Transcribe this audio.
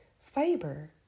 fiber